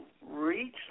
reach